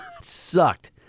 sucked